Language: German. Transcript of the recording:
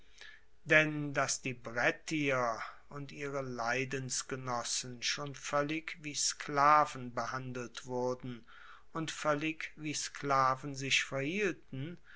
denn dass die brettier und ihre leidensgenossen schon voellig wie sklaven behandelt wurden und voellig wie sklaven sich verhielten